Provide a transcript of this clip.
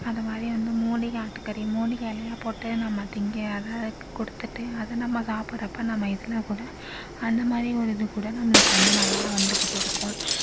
அது மாதிரி வந்து மூலிகை ஆட்டு கறி மூலிகை இலையாக போட்டு நம்ம தின்க அதை கொடுத்துட்டு அதை நம்ம சாப்பிட்றப்ப நம்ம இதில் கூட அந்த மாதிரி ஒரு இது கூட நம்மளுக்கு வந்து நல்லா வந்துகிட்டு இருக்கும்